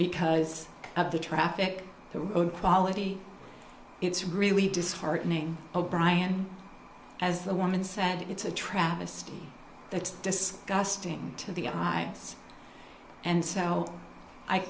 because of the traffic the only quality it's really disheartening o'brian as the woman said it's a travesty that's disgusting to the eyes and so